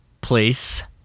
place